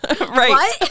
right